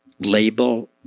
label